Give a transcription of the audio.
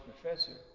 professor